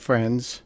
friends